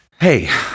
Hey